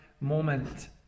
moment